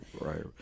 right